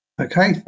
Okay